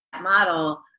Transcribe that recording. model